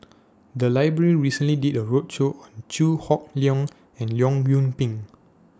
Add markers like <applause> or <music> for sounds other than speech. The Library recently did A roadshow on Chew Hock Leong and Leong Yoon Pin <noise>